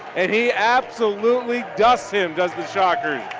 and he absolutely dusts him does the shockers.